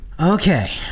Okay